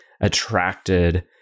attracted